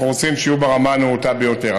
אנחנו רוצים שיהיו ברמה הנאותה ביותר.